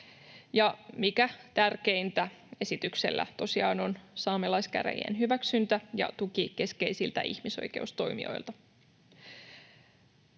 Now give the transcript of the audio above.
mikä tärkeintä, esityksellä tosiaan on saamelaiskäräjien hyväksyntä ja tuki keskeisiltä ihmisoikeustoimijoilta.